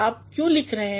आप क्यों लिख रहे हैं